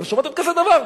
אתם שמעתם כזה דבר?